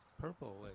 purple